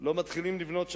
לא מתחילים לבנות שם.